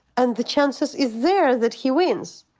and the chance is is there that he wins.